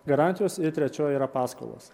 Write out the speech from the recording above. garantijos ir trečioji yra paskolos